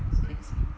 excuse me